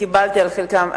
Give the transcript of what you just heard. וקיבלתי על חלקן,